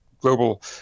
global